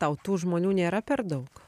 tau tų žmonių nėra per daug